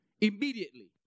immediately